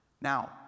Now